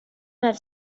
have